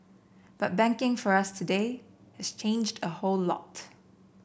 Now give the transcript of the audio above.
but banking for us today has changed a whole lot